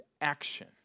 action